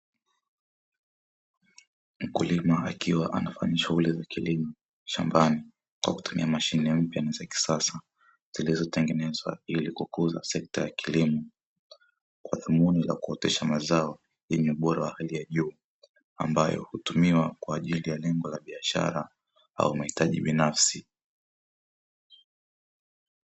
Mkulima akiwa anafanya shughuli za kilimo shambani kwa kutumia mashine mpya za kisasa, zilizotengenezwa ili kukuza sekta ya kilimo kwa dhumuni la kuotesha mazao yenye ubora wa hali ya juu; ambayo hutumiwa kwa ajili ya lengo la biashara au mahitaji binafsi.